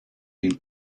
been